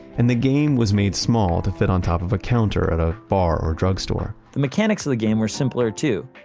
and the game was made small to fit on top of a counter at a bar or a drugstore the mechanics of the game were simpler too.